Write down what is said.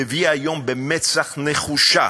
מביא היום, במצח נחושה,